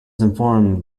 informed